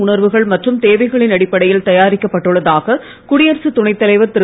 உணர்வுகள் மற்றும் தேவைகளின் அடிப்படையில் தயாரிக்கப் பட்டுள்ளதாக குடியரசுத் துணைத்தலைவர் திரு